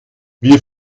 wir